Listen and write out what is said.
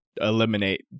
eliminate